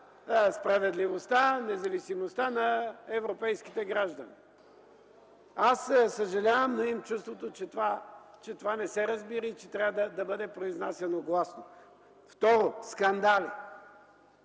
справедливостта, независимостта на европейските граждани. Аз съжалявам, но имам чувството, че това не се разбира и че трябва да бъде произнасяно гласно. Второ, скандали.